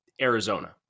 Arizona